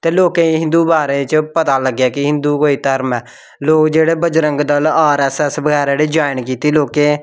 ते लोकें गी हिंदू बारै च पता लग्गेआ कि हिंदू कोई धरम ऐ लोग जेह्ड़े Bajrang Dal R S S बगैरा जेह्ड़ी ज्वाईन कीती लोकें